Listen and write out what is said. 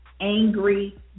angry